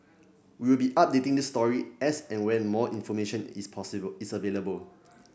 we will be updating this story as and when more information is possible is available